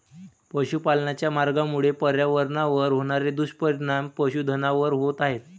पशुपालनाच्या मार्गामुळे पर्यावरणावर होणारे दुष्परिणाम पशुधनावर होत आहेत